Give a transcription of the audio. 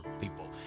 people